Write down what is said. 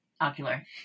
ocular